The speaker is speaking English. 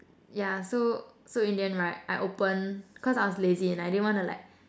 yeah so so in the end right I open cause I was lazy and I didn't wanna like